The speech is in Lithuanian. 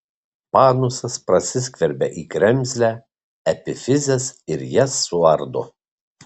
panusas prasiskverbia į kremzlę epifizes ir jas suardo